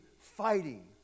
fighting